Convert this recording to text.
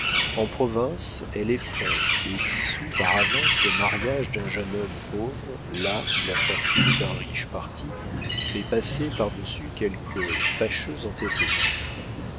en province elle effraie et dissout par avance le mariage d'un jeune homme pauvre là où la fortune d'un riche parti fait passer par-dessus quelque fâcheux antécédent